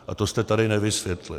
A to jste tady nevysvětlil.